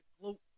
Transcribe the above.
gloat